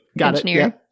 engineer